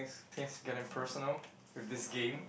things things getting personal with this game